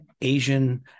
Asian